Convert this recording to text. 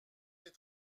des